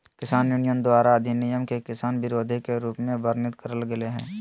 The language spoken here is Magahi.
किसान यूनियन द्वारा अधिनियम के किसान विरोधी के रूप में वर्णित करल गेल हई